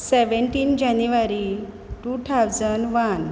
seventeen January two thousand one